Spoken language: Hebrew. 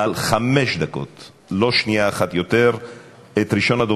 אבל ההתיישבות זכתה זה מכבר לכינוי "גאולת הקרקע" או "גאולת האדמה",